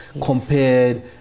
compared